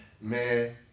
Man